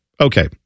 Okay